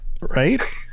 right